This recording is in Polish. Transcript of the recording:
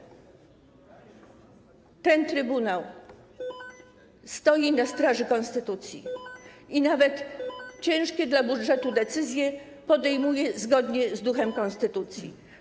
Ten trybunał stoi na straży konstytucji i nawet ciężkie dla budżetu decyzje podejmuje zgodnie z duchem konstytucji.